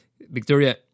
Victoria